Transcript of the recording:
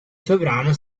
sovrano